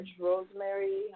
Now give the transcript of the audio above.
rosemary